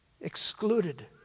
excluded